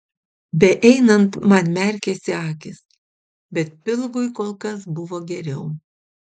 beeinant man merkėsi akys bet pilvui kol kas buvo geriau